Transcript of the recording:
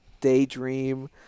daydream